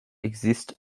exists